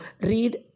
read